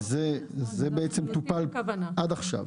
זה בעצם טופל עד עכשיו.